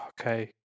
Okay